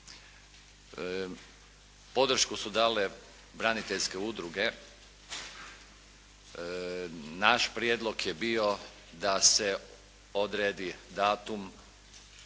Podršku su dale braniteljske udruge. Naš prijedlog je bio da se odredi datum,